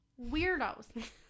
weirdos